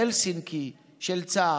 הלסינקי, של צה"ל,